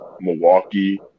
Milwaukee